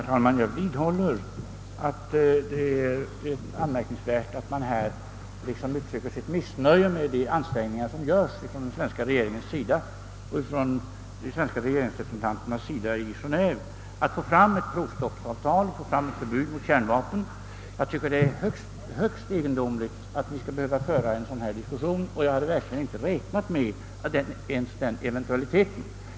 Herr talman! Jag vidhåller att det är anmärkningsvärt att man här uttrycker sitt missnöje med de ansträngningar som görs från de svenska regeringsrepresentanternas sida i Genéve för att få till stånd ett provstopp och ett förbud mot kärnvapen. Jag tycker det är mycket egendomligt att vi skall behöva föra en sådan diskussion, och jag hade verkligen inte räknat med den eventualiteten.